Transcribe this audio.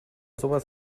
sowas